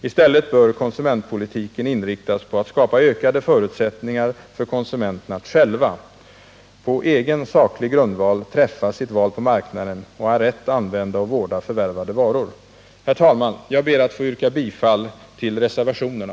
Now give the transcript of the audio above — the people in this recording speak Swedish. I stället bör konsumentpolitiken inriktas på att skapa ökade förutsättningar för konsumenterna att själva på egen saklig grundval träffa sitt val på marknaden och att rätt använda och vårda förvärvade varor. Herr talman! Jag ber att få yrka bifall till reservationerna.